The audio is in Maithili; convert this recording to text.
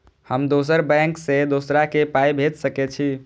हम दोसर बैंक से दोसरा के पाय भेज सके छी?